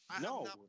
No